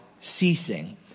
ceasing